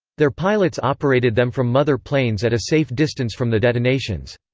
their pilots operated them from mother planes at a safe distance from the detonations.